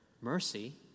mercy